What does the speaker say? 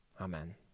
Amen